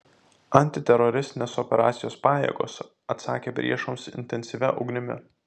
antiteroristinės operacijos pajėgos atsakė priešams intensyvia ugnimi